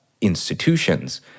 institutions